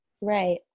Right